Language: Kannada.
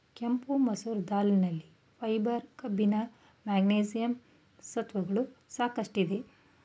ಕೆಂಪು ಮಸೂರ್ ದಾಲ್ ನಲ್ಲಿ ಫೈಬರ್, ಕಬ್ಬಿಣ, ಮೆಗ್ನೀಷಿಯಂ ಸತ್ವಗಳು ಸಾಕಷ್ಟಿದೆ